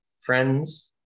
friends